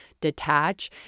detach